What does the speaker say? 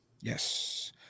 Yes